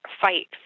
fight